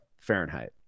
Fahrenheit